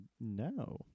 No